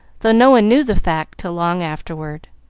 though no one knew the fact till long afterward.